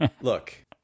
look